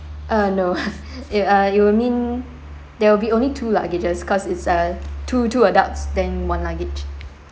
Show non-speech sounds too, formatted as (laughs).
uh no (laughs) it uh it will mean there will be only two luggages cause it's a two two adults then one luggage